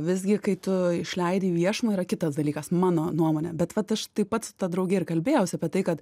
visgi kai tu išleidi į viešumą yra kitas dalykas mano nuomone bet vat aš taip pat su ta drauge ir kalbėjausi apie tai kad